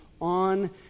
on